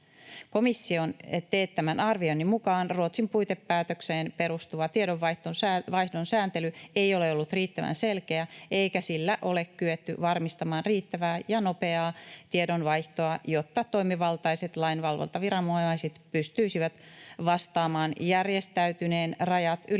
Komission teettämän arvioinnin mukaan Ruotsin puitepäätökseen perustuva tiedonvaihdon sääntely ei ole ollut riittävän selkeä eikä sillä ole kyetty varmistamaan riittävää ja nopeaa tiedonvaihtoa, jotta toimivaltaiset lainvalvontaviranomaiset pystyisivät vastaamaan järjestäytyneen, rajat ylittävän